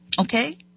okay